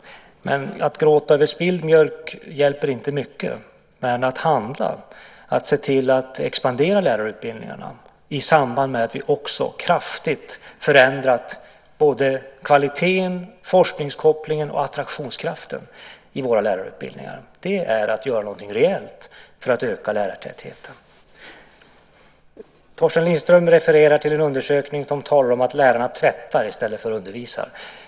Att gråta över spilld mjölk hjälper inte mycket, men att handla och se till att expandera lärarutbildningarna i samband med att vi också kraftigt förändrat både kvaliteten, forskningskopplingen och attraktionskraften i lärarutbildningarna är att göra något reellt för att öka lärartätheten. Torsten Lindström refererade till en undersökning som talar om att lärarna tvättar i stället för att undervisa.